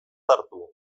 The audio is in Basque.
hartu